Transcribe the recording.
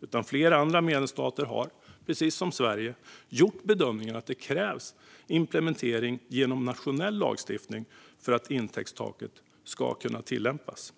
utan flera andra medlemsstater har precis som Sverige gjort bedömningen att det krävs implementering genom nationell lagstiftning för att intäktstaket ska kunna tillämpas.